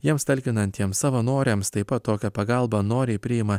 jiems talkinantiems savanoriams taip pat tokią pagalbą noriai priima